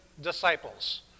disciples